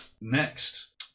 Next